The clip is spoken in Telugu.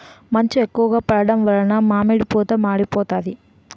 మంచు ఎక్కువ పడడం వలన మామిడి పూత మాడిపోతాంది